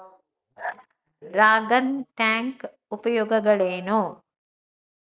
Dragon tank ಉಪಯೋಗಗಳೇನು?